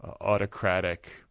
autocratic